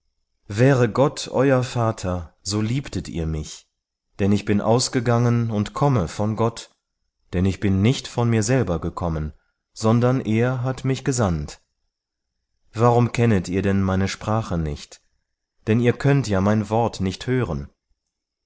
wäre gott euer vater so liebtet ihr mich denn ich bin ausgegangen und komme von gott denn ich bin nicht von mir selber gekommen sondern er hat mich gesandt warum kennet ihr denn meine sprache nicht denn ihr könnt ja mein wort nicht hören